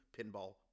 pinball